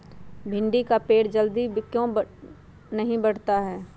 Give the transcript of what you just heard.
भिंडी का पेड़ जल्दी क्यों नहीं बढ़ता हैं?